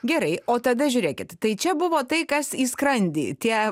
gerai o tada žiūrėkit tai čia buvo tai kas į skrandį tie